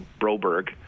broberg